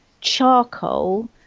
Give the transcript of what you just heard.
charcoal